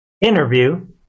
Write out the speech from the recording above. Interview